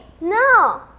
No